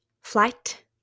flight